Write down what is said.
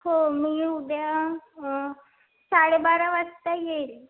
हो मी उद्या साडे बारा वाजता येईल